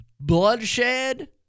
Bloodshed